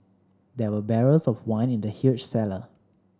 there were barrels of wine in the huge cellar